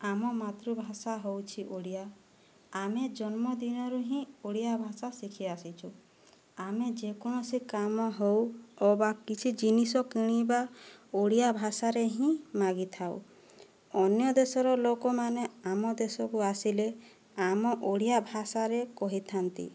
ଆମ ମାତୃଭାଷା ହେଉଛି ଓଡ଼ିଆ ଆମେ ଜନ୍ମ ଦିନରୁ ହିଁ ଓଡ଼ିଆ ଭାଷା ଶିଖି ଆସିଛୁ ଆମେ ଯେକୌଣସି କାମ ହେଉ ଅବା କିଛି ଜିନିଷ କିଣିବା ଓଡ଼ିଆ ଭାଷାରେ ହିଁ ମାଗିଥାଉ ଅନ୍ୟ ଦେଶର ଲୋକମାନେ ଆମ ଦେଶକୁ ଆସିଲେ ଆମ ଓଡ଼ିଆ ଭାଷାରେ କହିଥାନ୍ତି